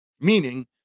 Meaning